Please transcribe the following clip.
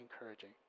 encouraging